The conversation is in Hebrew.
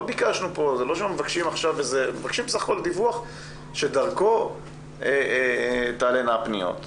אנחנו מבקשים בסך הכול דיווח שדרכו יעלו הפניות.